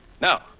Now